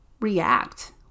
react